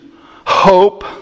hope